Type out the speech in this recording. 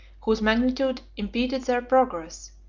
whose magnitude impeded their progress,